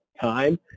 time